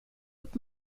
upp